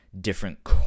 different